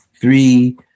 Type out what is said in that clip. three